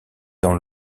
dans